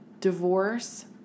Divorce